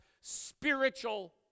spiritual